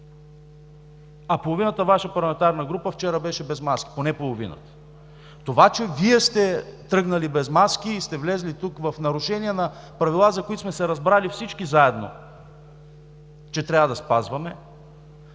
А половината Ваша парламентарна група вчера беше без маски, поне половината. Това, че Вие сте тръгнали без маски и сте влезли тук в нарушение на правила, за които сме се разбрали всички заедно, че трябва да спазваме,